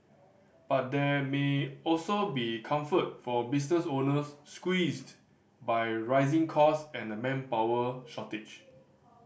but there may also be comfort for business owners squeezed by rising cost and a manpower shortage